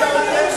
התקדמנו,